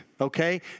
okay